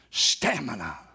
Stamina